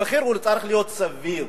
המחיר צריך להיות סביר,